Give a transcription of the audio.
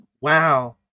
wow